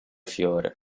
fiore